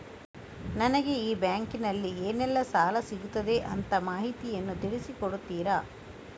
ನನಗೆ ಈ ಬ್ಯಾಂಕಿನಲ್ಲಿ ಏನೆಲ್ಲಾ ಸಾಲ ಸಿಗುತ್ತದೆ ಅಂತ ಮಾಹಿತಿಯನ್ನು ತಿಳಿಸಿ ಕೊಡುತ್ತೀರಾ?